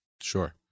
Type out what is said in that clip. Sure